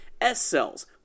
S-Cells